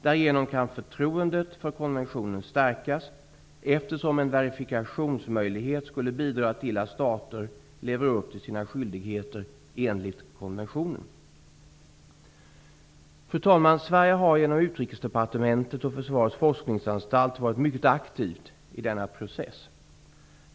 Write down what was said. Därigenom kan förtroendet för konventionen stärkas, eftersom en verifikationsmöjlighet skulle bidra till att stater lever upp till sina skyldigheter enligt konventionen. Sverige har genom Utrikesdepartementet och Försvarets forskningsanstalt varit mycket aktivt i denna process.